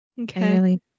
Okay